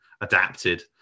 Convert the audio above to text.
adapted